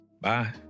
Bye